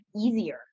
easier